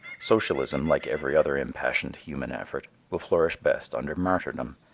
socialism, like every other impassioned human effort, will flourish best under martyrdom.